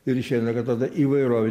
ir išeina kad tada įvairovė